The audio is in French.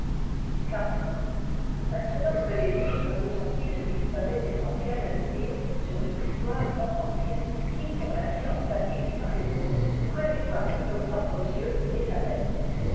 maintenant que les livres nous ont dit ce qu'ils avaient d'essentiel à nous dire sur une histoire fort ancienne quittons la science acquise par les autres pour aller voir de nos propres yeux les abeilles